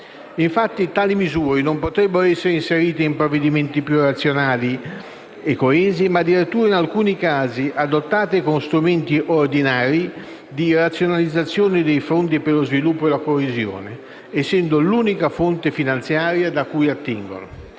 Infatti, tali misure non solo potrebbero essere inserite in provvedimenti più razionali e coesi, ma addirittura, in alcuni casi, adottate con strumenti ordinari di razionalizzazione dei fondi per lo sviluppo e la coesione, essendo l'unica fonte finanziaria da cui attingono.